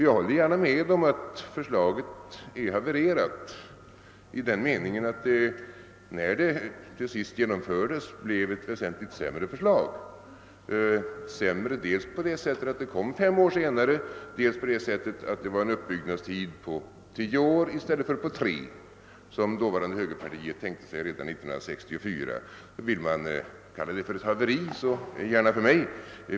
Jag håller gärna med om att för slaget är havererat i den meningen att det, när det till sist genomfördes, blev ett väsentligt sämre förslag, dels på det sättet att det kom fem år senare, dels på det sättet att uppbyggnadstiden blev tio år i stället för tre, som dåvarande högerpartiet tänkte sig redan 1964. Vill man kalla det ett haveri så gärna för mig.